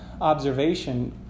observation